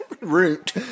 Root